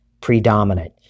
predominant